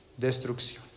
destrucción